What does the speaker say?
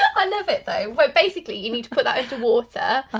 i love it though, well basically you need to put that under water,